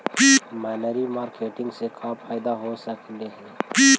मनरी मारकेटिग से क्या फायदा हो सकेली?